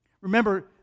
remember